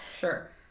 sure